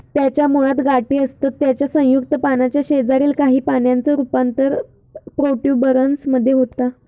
त्याच्या मुळात गाठी असतत त्याच्या संयुक्त पानाच्या शेजारील काही पानांचा रूपांतर प्रोट्युबरन्स मध्ये होता